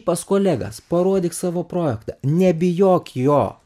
pas kolegas parodyk savo projektą nebijok jo